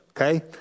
Okay